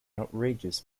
outrageous